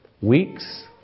weeks